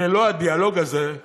כי ללא הדיאלוג הזה,